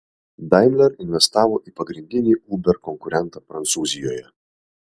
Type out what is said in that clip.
daimler investavo į pagrindinį uber konkurentą prancūzijoje